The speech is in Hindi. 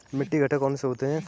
मिट्टी के घटक कौन से होते हैं?